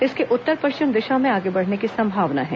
इसके उत्तर पश्चिम दिशा में आगे बढ़ने की संभावना है